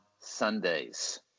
Sundays